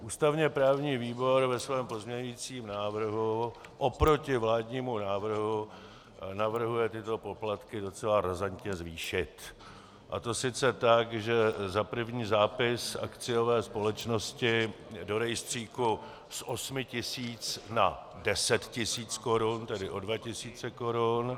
Ústavněprávní výbor ve svém pozměňovacím návrhu oproti vládnímu návrhu navrhuje tyto poplatky docela razantně zvýšit, a sice tak, že za první zápis akciové společnosti do rejstříku z 8 tisíc na 10 tisíc korun, tedy o 2 tisíce korun.